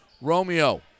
Romeo